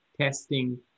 testing